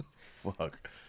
Fuck